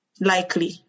likely